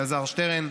אלעזר שטרן,